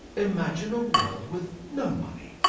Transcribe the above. imagine a world with no money.